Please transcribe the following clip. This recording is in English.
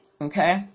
Okay